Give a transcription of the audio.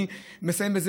אני מסיים בזה,